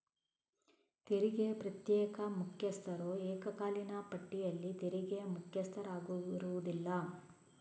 ತೆರಿಗೆಯ ಪ್ರತ್ಯೇಕ ಮುಖ್ಯಸ್ಥರು ಏಕಕಾಲೀನ ಪಟ್ಟಿಯಲ್ಲಿ ತೆರಿಗೆಯ ಮುಖ್ಯಸ್ಥರಾಗಿರುವುದಿಲ್ಲ